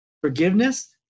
forgiveness